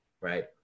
right